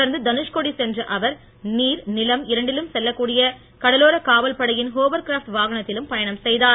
தொடர்ந்து தனுஷ்கோடி சென்ற அவர் நீர் நிலம் இரண்டிலும் செல்லக் கூடிய கடலோரக் காவல்படையின் ஹோவர்கிராப்ட் வாகனத்திலும் பயணம் செய்தார்